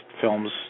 films